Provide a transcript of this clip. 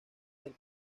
del